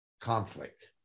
conflict